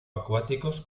acuáticos